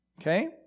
okay